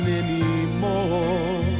anymore